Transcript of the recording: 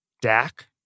Dak